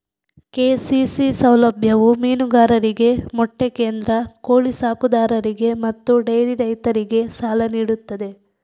KCC ಸೌಲಭ್ಯವು ಮೀನುಗಾರರಿಗೆ, ಮೊಟ್ಟೆ ಕೇಂದ್ರ, ಕೋಳಿ ಸಾಕುದಾರರಿಗೆ ಮತ್ತು ಡೈರಿ ರೈತರಿಗೆ ಸಾಲ ನೀಡುತ್ತದೆ